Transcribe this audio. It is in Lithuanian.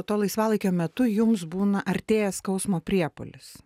to laisvalaikio metu jums būna artėja skausmo priepuolis